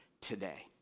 today